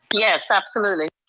yes, absolutely.